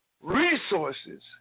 resources